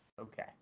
Okay